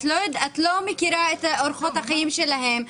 את לא מכירה את אורחות החיים שלהם,